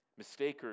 Mistakers